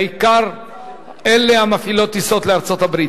בעיקר אלה המפעילות טיסות לארצות-הברית,